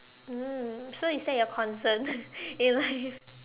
mm so is that your concern in life